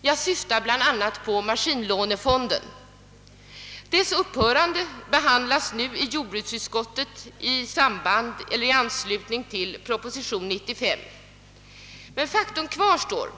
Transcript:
Jag syftar bl.a. på maskinlånefonden. Dess upphörande behandlas nu av jordbruksutskottet i anslutning till propositionen nr 95. Men faktum kvarstår